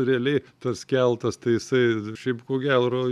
realiai tas keltas tai jisai šiaip ko gero